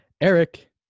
eric